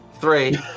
Three